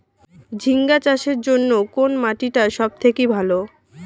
ঝিঙ্গা চাষের জইন্যে কুন মাটি টা সব থাকি ভালো?